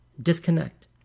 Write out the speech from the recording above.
disconnect